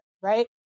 right